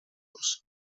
curs